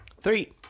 Three